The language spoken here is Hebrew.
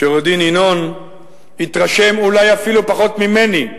שעורך-דין ינון יתרשם אולי אפילו פחות ממני,